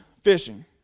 fishing